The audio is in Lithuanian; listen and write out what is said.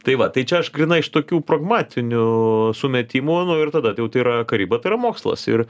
tai va tai čia aš grynai iš tokių pragmatinių sumetimų nu ir tada tai jau tai yra karyba tai yra mokslas ir